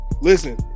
listen